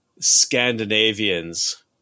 Scandinavians